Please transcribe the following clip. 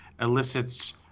elicits